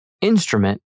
Instrument